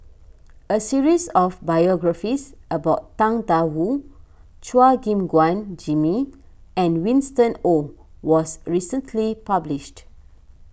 a series of biographies about Tang Da Wu Chua Gim Guan Jimmy and Winston Oh was recently published